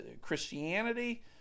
Christianity